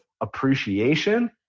appreciation